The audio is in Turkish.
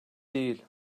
değil